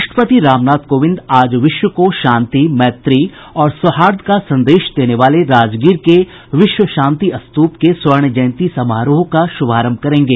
राष्ट्रपति रामनाथ कोविंद आज विश्व को शांति मैत्री और सौहार्द का संदेश देने वाले राजगीर के विश्व शांति स्तूप के स्वर्ण जयंती समारोह का शुभारंभ करेंगे